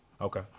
Okay